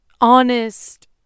honest